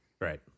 Right